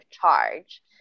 charge